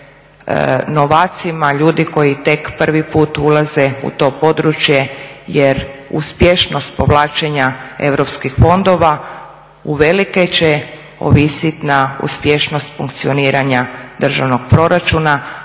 novacima, ljudi koji tek prvi put ulaze u to područje jer uspješnost povlačenja europskih fondova uvelike će ovisit na uspješnost funkcioniranja državnog proračuna,